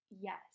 Yes